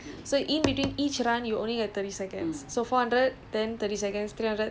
then in between each in between each set he will give us two minutes